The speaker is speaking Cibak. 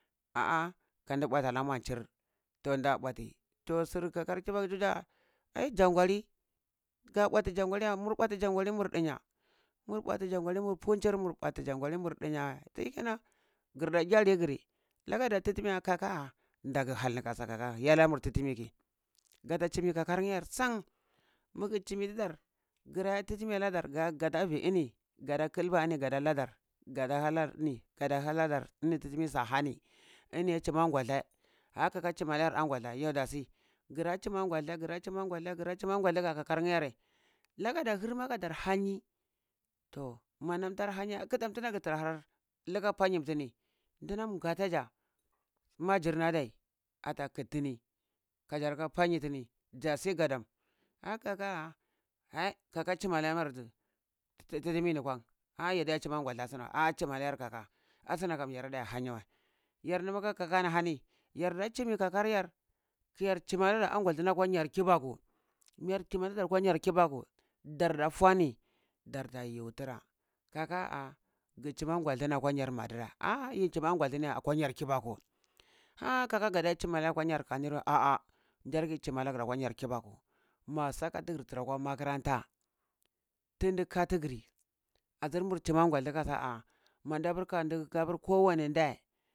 Ahah kandi bwata lamur chir, toh da ɓwati toh sur kakar kibaku ziga ai jangwaliu ga ɓwati jangwali ya mur ɓwati jangwali mur ɗinya mur ɓwati jangwalir nur punjirmur mur ɓwati jangwali ɗinya wəi shikenan girda gyalir giri laka da titimi ya kaka ah dagi halni kasa iya lamur titimiki gata chimi kakan yar san magu chimi tidar gira iya titimi ladar gada vi ini gada kilba in gada lada gada halar ini gada haladar ini titimi sa ahani aniye chima gwaɗye ah kaka chima kar angwaɗye yoh ndasi gra chiman gwaɗei gira chiman gwaiɗei ka kakarnye yere laka da ghirma kadar hanyi, toh mannam tara hanyi kitan ki tira ahar lika panyim tini ndinam nga ta ja majirni adai ata kiti tini kadar ka panyi tini jasiye gadam ah kaka ah, ah kaka chima layarzu tidimi ni ah yadi chima gwalda asna wəi ah chima layar kaka asna kam yardida hanyi wa, yar nimaka kakar na ahani yarda chimi kakaryar kayar chimar angwadur ninam kwa nyar kibaku yar kimarda kwa yar labaku darda fuani darte yu tira kaka ah gi chima gwalda akwa nya madirəi ah yi chima gwaldini akwa nyar kibaku ah kaka gida chima laya akwa yar kanuri wəi, ah ah gyar kiyi chima lagir akwa yar kibaku ma saka tig tra kwa makaranta tindi ka tigri azir mu chima gwaldu kasa ah manda pur kandi kowani nde